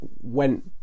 went